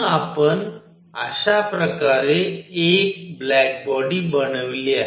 म्हणून आपण अशा प्रकारे एक ब्लॅक बॉडी बनविली आहे